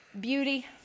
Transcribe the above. beauty